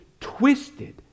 twisted